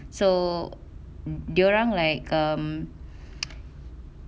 so dia orang like um